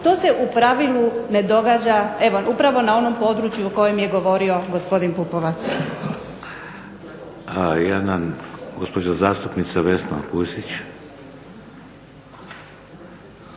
To se u pravilu ne događa, evo upravo na onom području o kojem je govorio gospodin Pupovac.